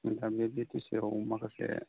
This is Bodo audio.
जोंनि बिटिसिआव माखासे